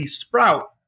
sprout